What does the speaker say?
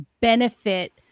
benefit